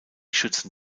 schützen